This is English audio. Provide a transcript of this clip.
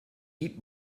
eat